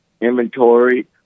inventory